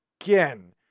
again